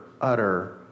utter